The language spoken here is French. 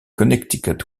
connecticut